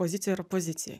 pozicijoj ar opozicijoj